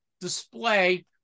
display